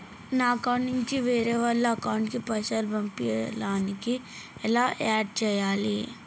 నా అకౌంట్ నుంచి వేరే వాళ్ల అకౌంట్ కి పైసలు పంపించడానికి ఎలా ఆడ్ చేయాలి?